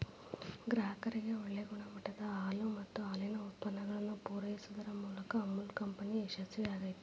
ಗ್ರಾಹಕರಿಗೆ ಒಳ್ಳೆ ಗುಣಮಟ್ಟದ ಹಾಲು ಮತ್ತ ಹಾಲಿನ ಉತ್ಪನ್ನಗಳನ್ನ ಪೂರೈಸುದರ ಮೂಲಕ ಅಮುಲ್ ಕಂಪನಿ ಯಶಸ್ವೇ ಆಗೇತಿ